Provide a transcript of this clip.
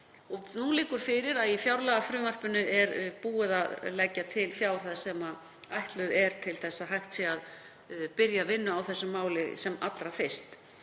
Nú liggur fyrir að í fjárlagafrumvarpinu er búið að leggja til fjárhæð sem ætluð er til að hægt sé að byrja vinnu á þessu máli sem allra fyrst.